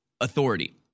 authority